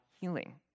healing